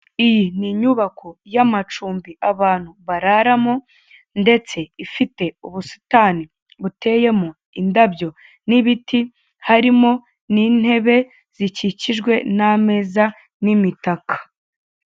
Iyi ni inyubako yamacumbi abantu bararamo ndetse ifite ubusitani buteyemo indabo n'ibiti harimo n'inebe zikikijwe n'ameza n'imitaka.